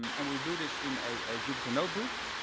and we'll do this in a jupyter notebook.